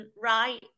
right